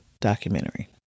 documentary